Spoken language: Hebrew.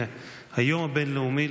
אירועי הפרהוד,